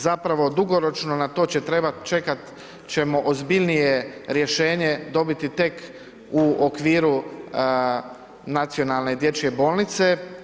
Zapravo dugoročno, na to će trebati čekati ćemo ozbiljnije rješenje dobiti tek u okviru Nacionalne dječje bolnice.